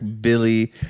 Billy